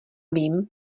vím